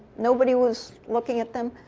nobody was looking at them.